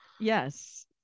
Yes